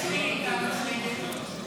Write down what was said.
הצהרה בדבר זהותה של מדינת ישראל), לא נתקבלה.